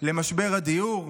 למשבר הדיור?